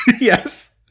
Yes